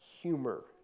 humor